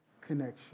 connection